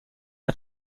hat